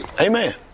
Amen